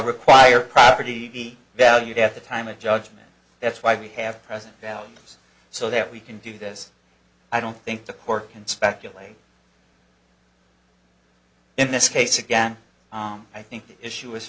require a property valued at the time of judgment that's why we have present value terms so that we can do this i don't think the court can speculate in this case again i think the issue is